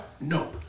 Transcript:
no